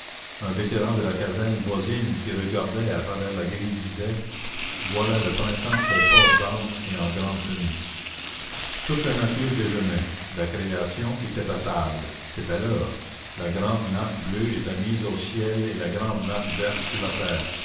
un vétéran de la caserne voisine qui regardait à travers la grille disait voilà le printemps au port d'armes et en grande tenue toute la nature déjeunait la création était à table c'était l'heure la grande nappe bleue était mise au ciel et la grande nappe verte sur la terre